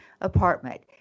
apartment